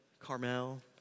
Carmel